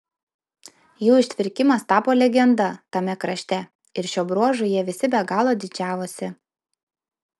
jų ištvirkimas tapo legenda tame krašte ir šiuo bruožu jie visi be galo didžiavosi